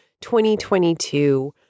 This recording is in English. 2022